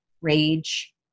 rage